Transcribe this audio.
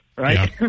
right